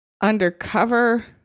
undercover